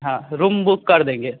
हाँ room book कर देंगे